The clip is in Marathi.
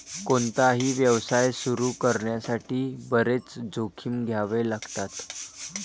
कोणताही व्यवसाय सुरू करण्यासाठी बरेच जोखीम घ्यावे लागतात